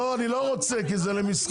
לא, אני לא רוצה, כי זה למסחר.